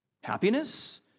happiness